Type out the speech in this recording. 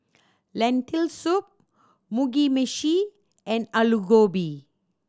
Lentil Soup Mugi Meshi and Alu Gobi